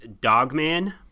dogman